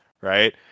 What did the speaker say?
right